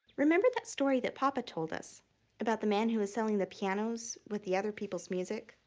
remember that story that papa told us about the man who was selling the pianos with the other people's music?